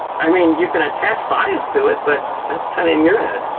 i mean, you can attach bias to it, but that's kind of in your head.